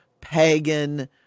pagan